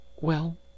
Well